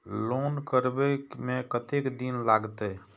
Loan करबे में कतेक दिन लागते?